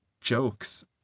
jokes